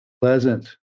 pleasant